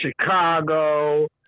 Chicago